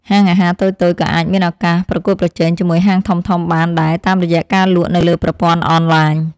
ហាងអាហារតូចៗក៏អាចមានឱកាសប្រកួតប្រជែងជាមួយហាងធំៗបានដែរតាមរយៈការលក់នៅលើប្រព័ន្ធអនឡាញ។